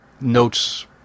notes